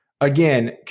again